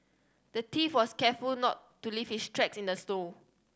the thief was careful not to leave his tracks in the snow